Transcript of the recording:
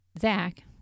Zach